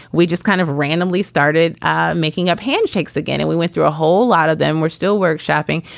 we just kind of randomly started ah making up handshakes again and we went through a whole lot of them. we're still workshopping.